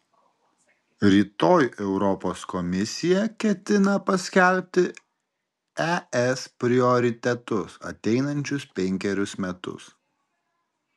rytoj europos komisija ketina paskelbti es prioritetus ateinančius penkerius metus